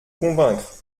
convaincre